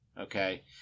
okay